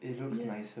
use